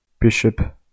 bishop